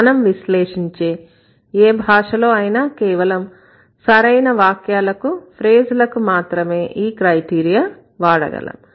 మనం విశ్లేషించే ఏ భాషలో అయినా కేవలం సరైన వాక్యాలకు ఫ్రెజ్ లకు మాత్రమే ఈ క్రైటీరియా వాడగలం